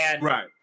Right